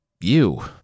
you